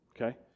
okay